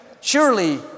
Surely